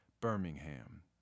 Birmingham